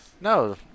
No